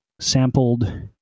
sampled